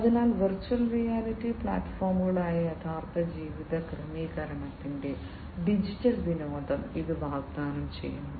അതിനാൽ virtual reality പ്ലാറ്റ്ഫോമുകളായ യഥാർത്ഥ ജീവിത ക്രമീകരണത്തിന്റെ ഡിജിറ്റൽ വിനോദം ഇത് വാഗ്ദാനം ചെയ്യുന്നു